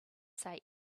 say